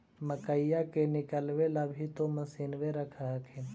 मकईया के निकलबे ला भी तो मसिनबे रख हखिन?